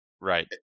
Right